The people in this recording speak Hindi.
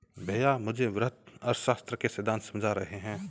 भैया मुझे वृहत अर्थशास्त्र के सिद्धांत समझा रहे हैं